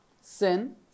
Sin